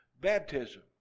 baptism